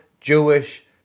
Jewish